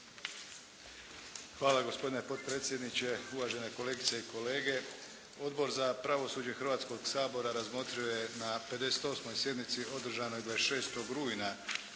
Hvala gospodine potpredsjedniče, uvažene kolegice i kolege. Odbor za pravosuđe Hrvatskog sabora razmotrio je na 58. sjednici održanoj 26. rujna